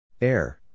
Air